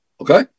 Okay